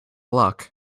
luck